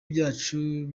byacu